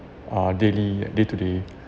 uh daily day-to-day